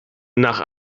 nach